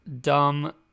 Dumb